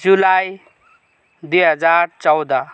जुलाई दुई हजार चौध